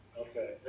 Okay